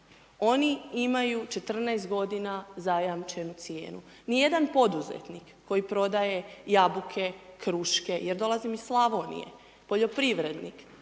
oni imaju 14 g. zajamčenu cijenu. Nijedan poduzetnik koji prodaje jabuke, kruške, ja dolazim iz Slavonije, poljoprivrednik,